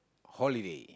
holiday